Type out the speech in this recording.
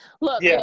look